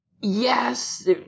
yes